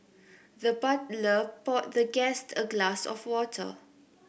the butler poured the guest a glass of water